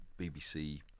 BBC